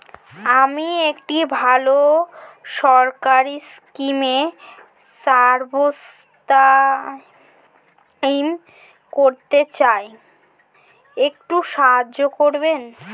আমি একটি ভালো সরকারি স্কিমে সাব্সক্রাইব করতে চাই, একটু সাহায্য করবেন?